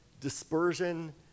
dispersion